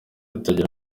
itagira